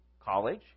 College